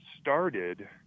started